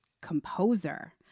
composer